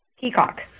Peacock